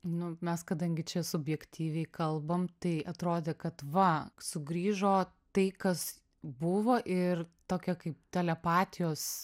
nu mes kadangi čia subjektyviai kalbam tai atrodė kad va sugrįžo tai kas buvo ir tokia kaip telepatijos